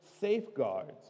safeguards